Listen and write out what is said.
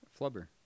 Flubber